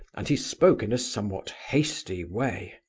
and he spoke in a somewhat hasty way.